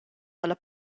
dalla